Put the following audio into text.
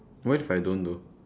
what if I don't do